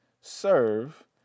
serve